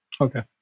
Okay